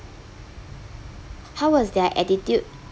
how was their attitude